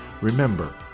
remember